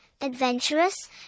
adventurous